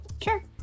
Sure